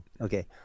Okay